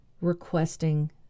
requesting